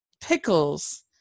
pickles